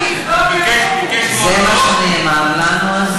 זה מה שנאמר לנו.